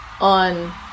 on